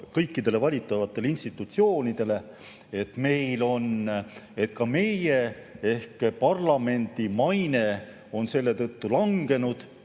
kõikidele valitavatele institutsioonidele. Ka meie ehk parlamendi maine on selle tõttu langenud.